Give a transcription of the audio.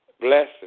blessings